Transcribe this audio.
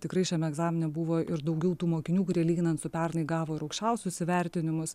tikrai šiame egzamine buvo ir daugiau tų mokinių kurie lyginant su pernai gavo ir aukščiausius įvertinimus